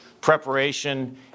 preparation